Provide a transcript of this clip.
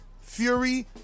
Fury